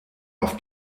auf